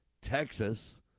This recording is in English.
Texas